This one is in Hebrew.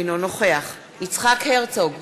אינו נוכח יצחק הרצוג,